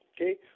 okay